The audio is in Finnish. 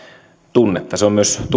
tunnetta se on myös tunnekysymys monilta osin